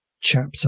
chapter